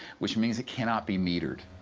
which means it can not be metered.